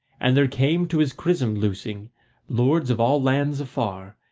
and there came to his chrism-loosing lords of all lands afar,